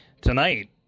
tonight